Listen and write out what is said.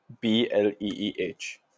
B-L-E-E-H